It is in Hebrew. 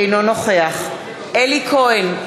אינו נוכח אלי כהן,